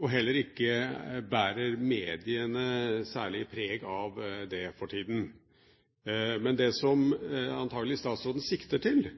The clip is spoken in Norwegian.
og heller ikke bærer mediene særlig preg av det for tiden. Men det som statsråden antagelig sikter til,